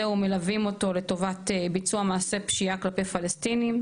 ומלווים אותו לטובת ביצוע מעשה פשיעה כלפי פלשתינים,